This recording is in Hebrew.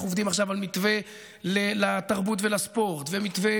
אנחנו עובדים עכשיו על מתווה לתרבות ולספורט ועל מתווה